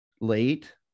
late